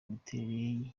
imiterere